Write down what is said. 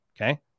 okay